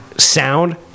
Sound